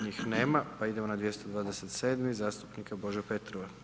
Njih nema, pa idemo na 227 zastupnika Bože Petrova.